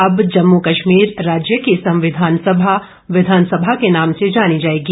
अब जम्मू कश्मीर राज्य की संविधान सभा विधान सभा के नाम से ॅ जानी जायेगी